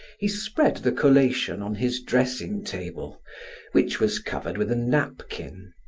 he spread the collation on his dressing-table which was covered with a napkin.